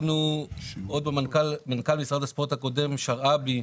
מנכ"ל משרד הספורט הקודם, שרעבי,